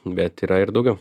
bet yra ir daugiau